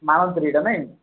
mount ଟ୍ରି ଟା ନାଇ